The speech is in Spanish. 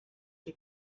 que